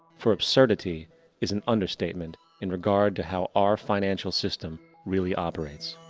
for absurdity is an understatement in regard to how our financial system really operates.